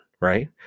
right